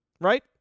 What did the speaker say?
right